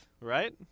Right